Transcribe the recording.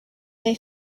they